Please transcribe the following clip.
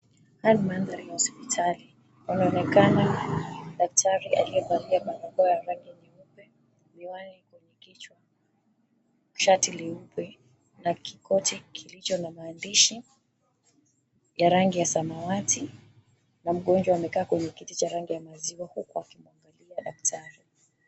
Haya ni mandhari ya hospitali, panaonekana daktari aliyevalia barakoa ya rangi nyeupe, miwani kwenye kichwa, shati leupe na kikoti kilicho na maandishi ya rangi ya samawati na mgonjwa amekaa kwa kiti cha rangi ya maziwa huku akimwangalia daktari.